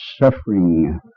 suffering